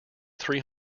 three